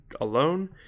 alone